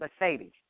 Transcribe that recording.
Mercedes